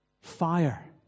fire